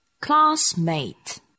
classmate